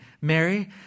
Mary